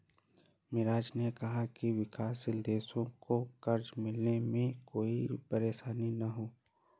मिराज ने कहा कि विकासशील देशों को कर्ज मिलने में कोई परेशानी न हो